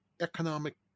economic